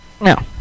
No